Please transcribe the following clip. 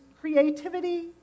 creativity